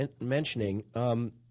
mentioning –